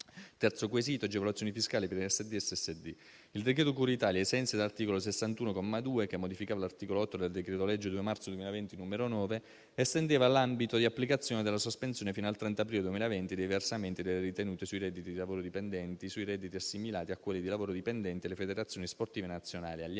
terzo quesito sulle agevolazioni fiscali per ASD-SSD, il decreto cura Italia, ai sensi dell'articolo 61, comma 2, che ha modificato l'articolo 8 del decreto-legge 2 marzo 2020, n. 9, estendeva l'ambito di applicazione della sospensione fino al 30 aprile 2020 dei versamenti delle ritenute sui redditi di lavori dipendenti, sui redditi assimilati a quelli di lavoro dipendente alle federazioni sportive nazionali, agli